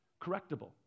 correctable